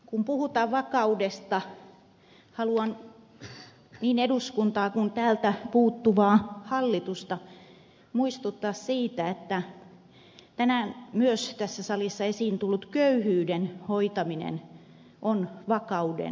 kun puhutaan vakaudesta haluan niin eduskuntaa kuin täältä puuttuvaa hallitusta muistuttaa siitä että tänään myös tässä salissa esiin tullut köyhyyden hoitaminen on vakauden luomista